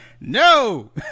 no